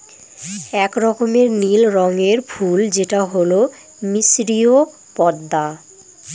এক রকমের নীল রঙের ফুল যেটা হল মিসরীয় পদ্মা